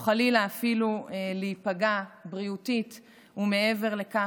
או חלילה אפילו להיפגע בריאותית ומעבר לכך,